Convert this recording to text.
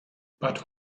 but